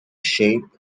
shape